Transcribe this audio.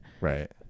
right